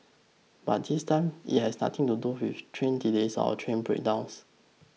but this time it has nothing to do with train delays or train breakdowns